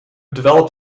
developed